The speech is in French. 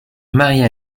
marie